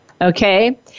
Okay